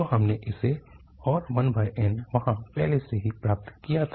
तो हमने इसे और 1n वहाँ पहले से ही प्राप्त किया था